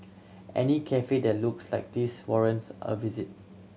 any cafe that looks like this warrants a visit